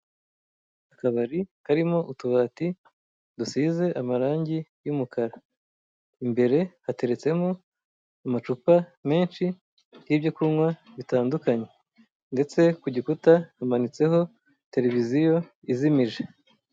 Akabari karimo utubati dusize amarangi y'umukara, imbere hateretse mo amacupa menshi y'ibyokunywa bitandukanye, ndetse ku gikuta hamanitse ho televiziyo izimije.